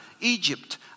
Egypt